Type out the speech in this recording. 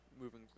moving